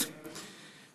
9005, 9053 ו-9079,